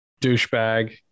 douchebag